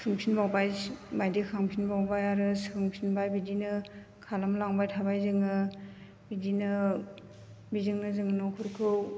थुनफिनबावबाय माइदि होखांफिनबावबाय आरो सोंफिनबाय बिदिनो खालामलांबाय थाबाय जोङो बिदिनो बेजोंनो जों न'फोरखौ